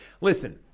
Listen